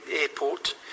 airport